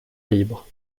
libre